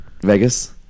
Vegas